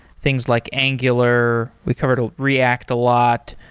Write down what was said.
things like angular. we covered ah react a lot,